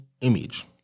image